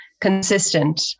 consistent